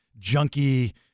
junky